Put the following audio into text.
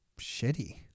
shitty